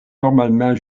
normalement